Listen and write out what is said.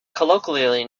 colloquially